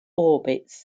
orbits